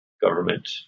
government